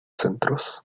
centros